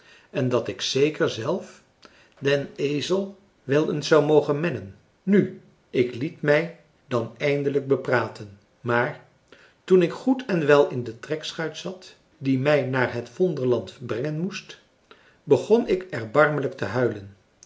en dat ik zeker zelf den ezel wel eens zou mogen mennen nu ik liet mij dan eindelijk bepraten maar toen ik goed en wel in de trekschuit zat die mij françois haverschmidt familie en kennissen naar het wonderland brengen moest begon ik erbarmelijk te huilen